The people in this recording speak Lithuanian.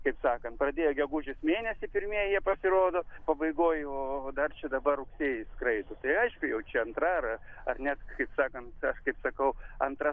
kaip sakant pradėjo gegužės mėnesį pirmieji jie pasirodo pabaigoj o dar čia dabar rugsėjį skraido tai aišku jau čia antra ar ar net kaip sakant aš kaip sakau antrą